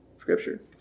Scripture